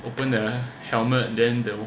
open the helmet then there'll